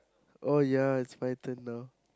oh ya it's my turn now